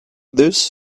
this